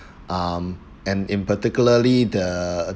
um and in particularly the